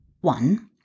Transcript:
one